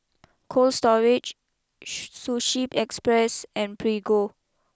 Cold Storage Sushi Express and Prego